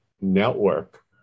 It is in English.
network